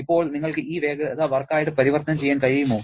ഇപ്പോൾ നിങ്ങൾക്ക് ഈ വേഗത വർക്കായിട്ട് പരിവർത്തനം ചെയ്യാൻ കഴിയുമോ